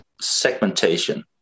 segmentation